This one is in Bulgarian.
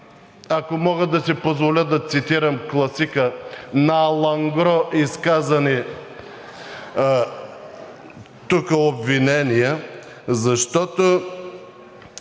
ако мога да си позволя да цитирам класика – „на алангро“ изказани тук обвинения, защото